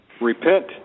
repent